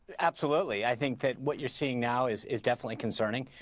absolutely. i think that what you are seeing now is is definitely concerning.